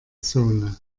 zone